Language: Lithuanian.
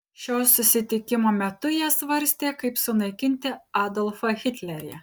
šio susitikimo metu jie svarstė kaip sunaikinti adolfą hitlerį